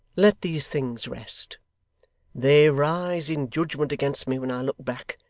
let these things rest they rise in judgment against me when i look back,